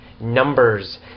numbers